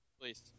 Please